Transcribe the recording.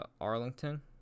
Arlington